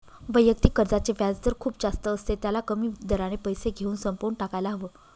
वैयक्तिक कर्जाचे व्याजदर खूप जास्त असते, त्याला कमी दराने पैसे घेऊन संपवून टाकायला हव